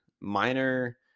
minor